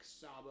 Saba